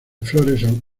flores